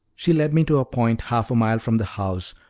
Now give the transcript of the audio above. she led me to a point, half a mile from the house,